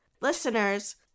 listeners